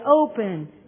open